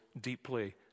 deeply